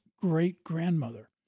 great-grandmother